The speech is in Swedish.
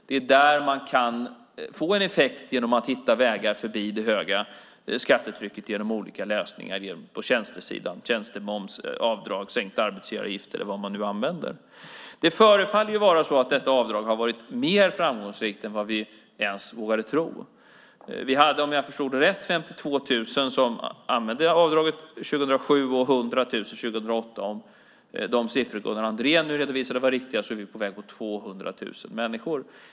Det är där man kan få en effekt genom att hitta vägar förbi det höga skattetrycket genom olika lösningar på tjänstesidan, som tjänstemoms, avdrag, sänkta arbetsgivaravgifter eller vad man nu använder. Det förefaller vara så att detta avdrag har varit mer framgångsrikt än vad vi ens vågade tro. Om jag förstod det rätt var det 52 000 personer som använde avdraget år 2007 och 100 000 år 2008. Om de siffror som Gunnar Andrén nu redovisade var riktiga är vi på väg mot 200 000 personer.